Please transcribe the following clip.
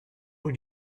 what